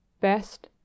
Best